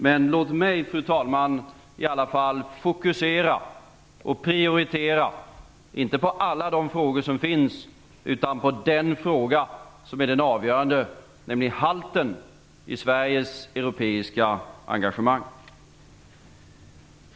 Men låt mig, fru talman, i alla fall fokusera och prioritera, inte på alla de frågor som finns utan på den fråga som är den avgörande, nämligen halten i Sveriges europeiska engagemang.